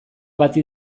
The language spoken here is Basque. bati